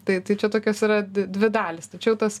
tai tai čia tokios yra dvi dalys tačiau tas